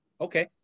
Okay